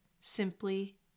simply